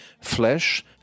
flesh